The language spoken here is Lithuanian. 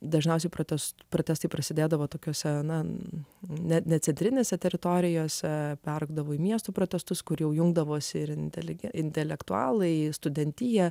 dažniausiai protes protestai prasidėdavo tokiose anan net centrinėse teritorijose peraugdavo į miestų protestus kurių jungdavosi ir inteligentai intelektualai studentija